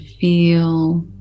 feel